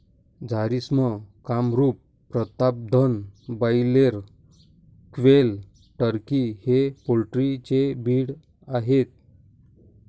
Jharsim, Kamrup, Pratapdhan, broiler, quail, turkey हे poultry चे breed आहेत